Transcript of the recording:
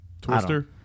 Twister